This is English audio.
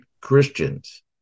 Christians